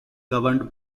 governed